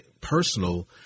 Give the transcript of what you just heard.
personal